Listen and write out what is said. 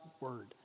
word